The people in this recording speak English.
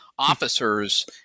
officers